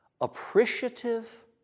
Appreciative